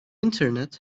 internet